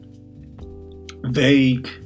vague